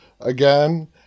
again